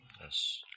Yes